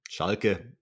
Schalke